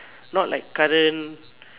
not like current